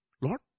Lord